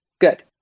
Good